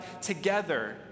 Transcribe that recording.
together